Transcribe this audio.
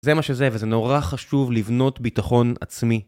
זה מה שזה, וזה נורא חשוב לבנות ביטחון עצמי.